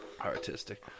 Artistic